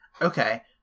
Okay